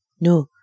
no